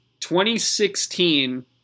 2016